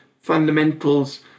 fundamentals